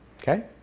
Okay